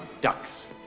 ducks